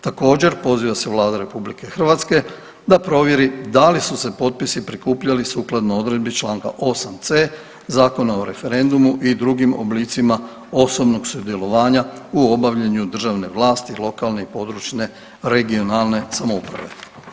Također poziva se Vlada Republike Hrvatske da provjeri da li su se potpisi prikupljali sukladno odredbi članka 8c. Zakona o referendumu i drugim oblicima osobnog sudjelovanja u obavljanju državne vlasti, lokalne i područne (regionalne) samouprave.